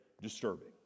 disturbing